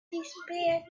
disperse